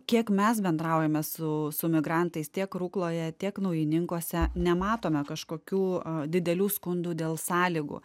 kiek mes bendraujame su su migrantais tiek rukloje tiek naujininkuose nematome kažkokių didelių skundų dėl sąlygų